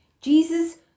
Jesus